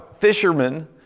fishermen